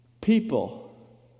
People